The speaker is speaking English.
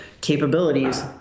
capabilities